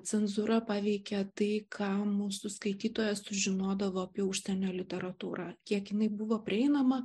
cenzūra paveikė tai ką mūsų skaitytojai sužinodavo apie užsienio literatūrą kiek jinai buvo prieinama